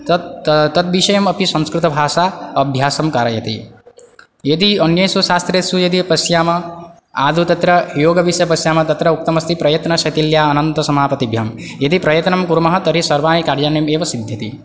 तत् त तद्विषयमपि संस्कृतभाषा अभ्यासं कारयति यदि अन्येषु शास्त्रेषु यदि पश्यामः आदौ तत्र योगविषये पश्यामः तत्र उक्तमस्ति प्रयत्नशैतिल्य अनन्तसमापतिभ्यां यदि प्रयत्नं कुर्मः तर्हि सर्वाणि कार्याणि एव सिद्ध्यति